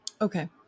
okay